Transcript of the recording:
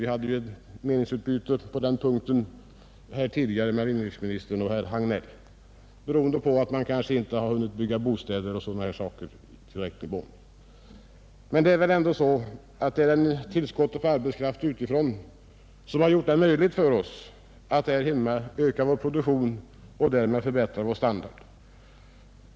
Det förekom tidigare under debatten ett meningsutbyte om detta mellan inrikesministern och herr Hagnell, närmast föranlett av att man kanske inte hunnit bygga tillräckligt många bostäder osv. för denna kategori. Det är emellertid otvivelaktigt tillskottet på arbetskraft utifrån som gjort det möjligt för oss att öka vår produktion och därmed höja vår standard här hemma.